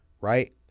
right